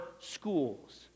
schools